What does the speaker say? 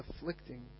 afflicting